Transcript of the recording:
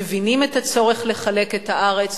מבינים את הצורך לחלק את הארץ,